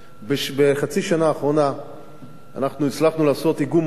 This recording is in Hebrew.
בחצי השנה האחרונה אנחנו הצלחנו לעשות איגום משאבים